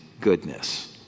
goodness